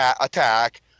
attack